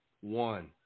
one